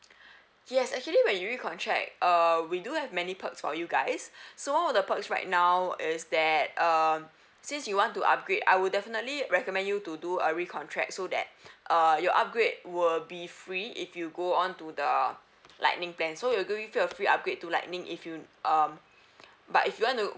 yes actually when you recontract uh we do have many perks for you guys so the perks right now is that um since you want to upgrade I would definitely recommend you to do a recontract so that uh your upgrade will be free if you go on to the lightning plan so we'll give you a free upgrade to lightning if you um but if you want to